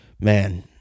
man